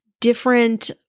different